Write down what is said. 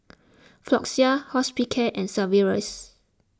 Floxia Hospicare and Sigvaris